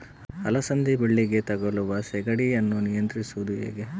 ಅಲಸಂದಿ ಬಳ್ಳಿಗೆ ತಗುಲುವ ಸೇಗಡಿ ಯನ್ನು ನಿಯಂತ್ರಿಸುವುದು ಹೇಗೆ?